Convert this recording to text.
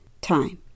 time